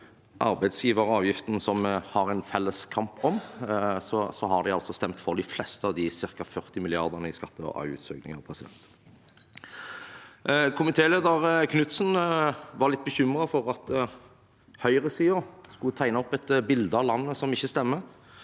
arbeidsgiveravgiften, som vi har en felles kamp mot, har de altså stemt for de fleste av de ca. 40 mrd. kr i skatte- og avgiftsøkninger. Komitéleder Knutsen var litt bekymret for at høyresiden skulle tegne et bilde av landet som ikke stemmer.